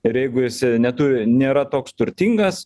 ir jeigu esi neturi nėra toks turtingas